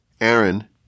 Aaron